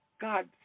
God